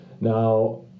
Now